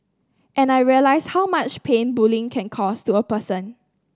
and I realised how much pain bullying can cause to a person